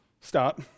stop